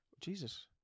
Jesus